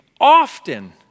Often